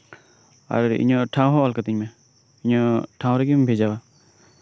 ᱟᱨ ᱤᱧᱟᱹᱜ ᱴᱷᱟᱶ ᱦᱚᱸ ᱚᱞ ᱠᱟᱛᱤᱧ ᱢᱮ ᱤᱧᱟᱹᱜ ᱴᱷᱟᱶ ᱨᱮᱜᱮᱢ ᱵᱷᱮᱡᱟᱭᱟ